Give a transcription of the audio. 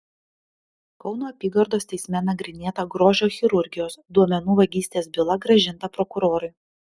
kauno apygardos teisme nagrinėta grožio chirurgijos duomenų vagystės byla grąžinta prokurorui